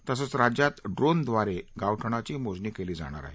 तसंच राज्यात ड्रोनद्वारे गावठाणाची मोजणी केली जाणार आहे